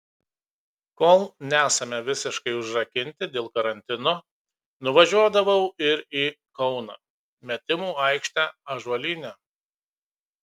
kol nesame visiškai užrakinti dėl karantino nuvažiuodavau ir į kauną metimų aikštę ąžuolyne